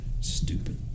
Stupid